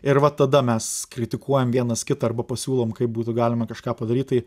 ir va tada mes kritikuojam vienas kitą arba pasiūlom kaip būtų galima kažką padaryt tai